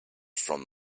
from